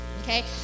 Okay